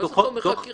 מה זה "חומר חקירה"?